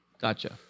Gotcha